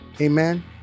Amen